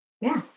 Yes